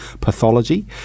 pathology